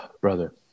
Brother